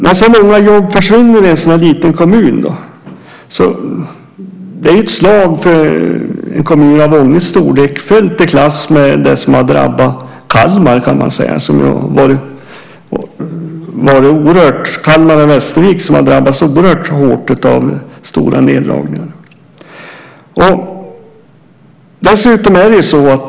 När så många jobb försvinner är det ett slag för en kommun av Ånges storlek fullt i klass med det som har drabbat Kalmar och Västervik som har drabbats oerhört hårt av stora neddragningar.